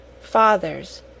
fathers